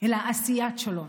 אלא עשיית שלום.